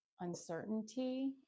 uncertainty